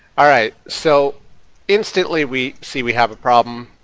alright. so instantly we see we have a problem.